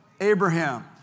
Abraham